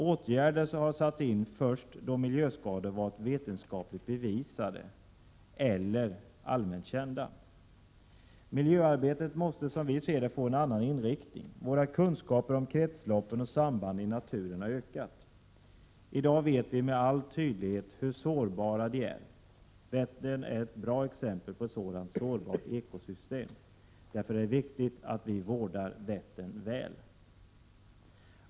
Åtgärder har satts in först då miljöskador varit vetenskapligt bevisade eller allmänt kända. Miljöarbetet måste få en annan inriktning. Våra kunskaper om kretsloppen och sambanden i naturen har ökat. I dag vet vi med all tydlighet hur sårbara de är. Vättern är ett bra exempel på ett sårbart ekosystem. Därför är det viktigt att vi vårdar Vättern väl.